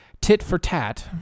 tit-for-tat